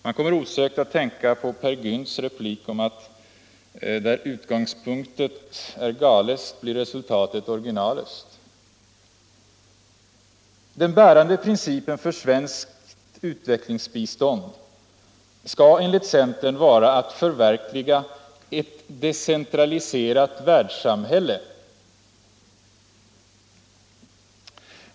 Man kommer osökt att tänka på Peer Gynts replik om ”der utgangspunktet är galest blir resultatet orginalest”. Den bärande principen för svenskt utvecklingsbistånd skall enligt centern vara att förverkliga ”ett decentraliserat världssamhälle”.